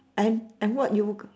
and and what you